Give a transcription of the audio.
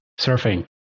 Surfing